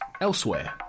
Elsewhere